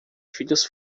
filhos